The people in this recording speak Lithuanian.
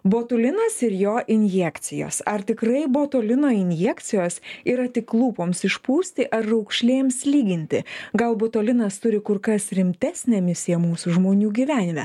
botulinas ir jo injekcijos ar tikrai botulino injekcijos yra tik lūpoms išpūsti ar raukšlėms lyginti gal botulinas turi kur kas rimtesnę misiją mūsų žmonių gyvenime